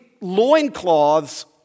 loincloths